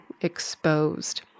exposed